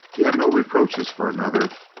he had no reproaches for another.